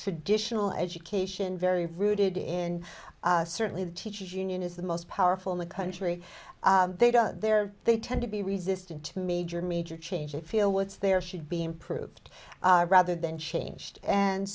traditional education very rooted in certainly the teachers union is the most powerful in the country they don't they're they tend to be resistant to meijer major change and feel what's there should be improved rather than changed and